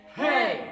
hey